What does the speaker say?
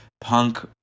punk